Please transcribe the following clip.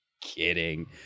Kidding